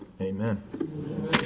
Amen